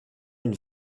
une